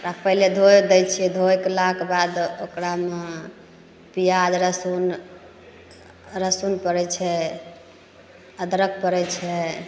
ओकरा पहिले धोइ दै छिए धोलाके बाद ओकरामे पिआज लहसुन लहसुन पड़ै छै अदरक पड़ै छै